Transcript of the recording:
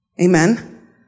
Amen